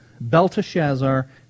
Belteshazzar